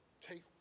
take